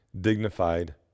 dignified